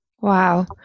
Wow